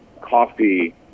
coffee